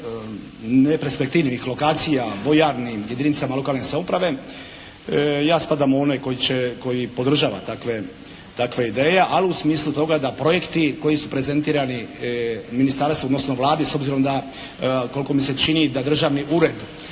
neperspektivnih lokacija, vojarni jedinicama lokalne samouprave ja spadam u one koji podržava takve ideje, ali u smislu toga da projekti koji su prezentirani ministarstvu, odnosno Vladi s obzirom da koliko mi se čini da Državni ured